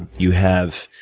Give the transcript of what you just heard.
you have,